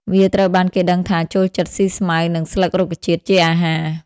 វាត្រូវបានគេដឹងថាចូលចិត្តស៊ីស្មៅ និងស្លឹករុក្ខជាតិជាអាហារ។